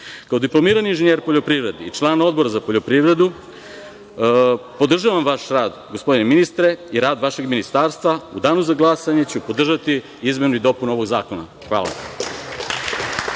diplomirani inženjer poljoprivrede i član Odbora za poljoprivredu, podržavam vaš rad, gospodine ministre, i rad vašeg ministarstva. U danu za glasanje ću podržati izmenu i dopunu ovog zakona. Hvala.